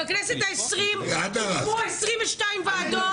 בכנסת ה-20 הוקמו 22 ועדות.